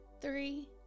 three